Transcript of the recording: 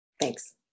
Thanks